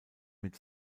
mit